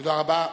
תודה רבה.